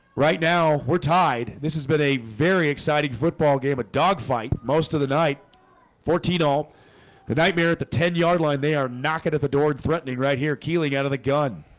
right. now we're tied. this has been a very exciting football game a dogfight most of the night fourteen all the nightmare at the ten yard line. they are knocking at the door threatening right here keeling out of the gun